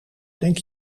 denk